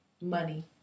Money